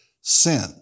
sin